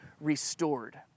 restored